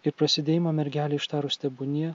ir prasidėjimą mergelei ištarus tebūnie